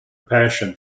passion